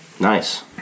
Nice